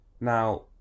Now